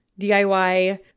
DIY